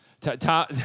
Tom